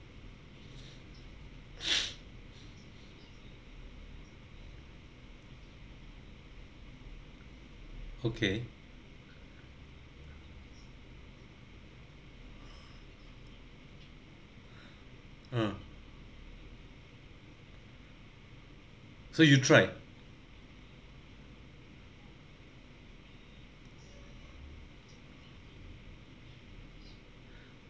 okay uh so you try